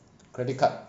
credit card